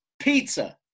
pizza